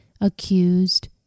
accused